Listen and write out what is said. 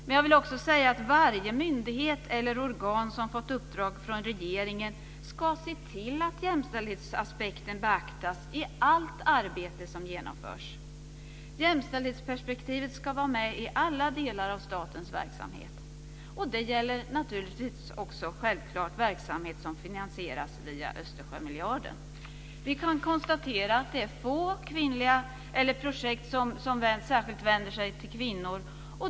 Men jag vill också säga att varje myndighet eller organ som fått uppdrag från regeringen ska se till att jämställdhetsaspekten beaktas i allt arbete som genomförs. Jämställdhetsperspektivet ska vara med i alla delar av statens verksamhet. Det gäller naturligtvis också verksamhet som finansieras via Östersjömiljarden. Vi kan konstatera att det är få projekt som särskilt vänder sig till kvinnor.